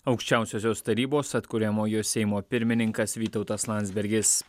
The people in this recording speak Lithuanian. aukščiausiosios tarybos atkuriamojo seimo pirmininkas vytautas landsbergis